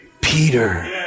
Peter